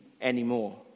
anymore